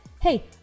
Hey